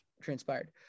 transpired